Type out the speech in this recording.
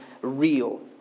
real